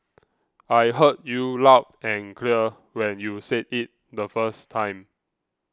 I heard you loud and clear when you said it the first time